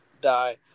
die